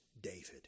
David